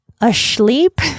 asleep